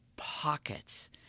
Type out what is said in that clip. pockets